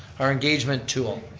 our engagement tool.